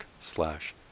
slash